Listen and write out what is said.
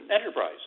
enterprise